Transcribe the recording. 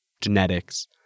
genetics